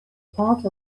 part